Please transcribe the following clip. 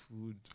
food